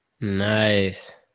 Nice